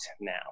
now